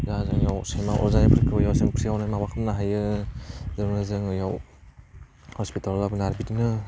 जा जायाव इयाव सैमा अरजानायफोरखौबो बेयाव जों फ्रियावनो माबा खालामनो हायो जोङो जोङो बियाव हस्पिटालाव लाबोनानै बिदिनो